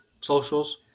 socials